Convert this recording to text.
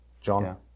John